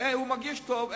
כי הוא מרגיש טוב,